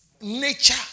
nature